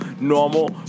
normal